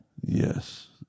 Yes